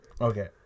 Okay